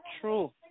true